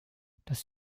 das